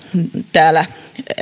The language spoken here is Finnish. täällä